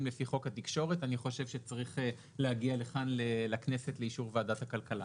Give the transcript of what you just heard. לפי חוק התקשורת צריך להגיע לכאן לכנסת לאישור ועדת הכלכלה.